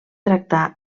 tractar